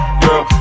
girl